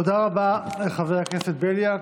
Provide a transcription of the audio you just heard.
תודה רבה, חבר הכנסת בליאק.